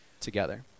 together